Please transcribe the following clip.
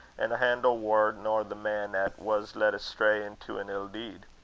an' a hantle waur nor the man at was led astray into an ill deed.